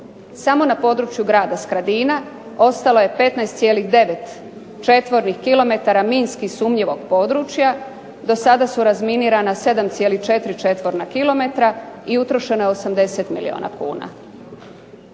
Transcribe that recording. Samo na području Grada Skradina ostalo je 15,9 km2 minski sumnjivog područja. Do sada su razminirana 7,4 km2 i utrošeno je 80 milijuna kuna,